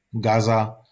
Gaza